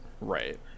Right